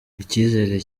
icyizere